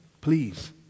Please